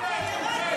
אין לכם אלוהים,